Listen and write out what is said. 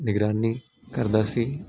ਨਿਗਰਾਨੀ ਕਰਦਾ ਸੀ